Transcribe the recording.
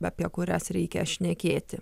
apie kurias reikia šnekėti